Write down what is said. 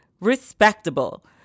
respectable